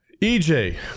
EJ